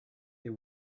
they